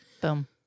Boom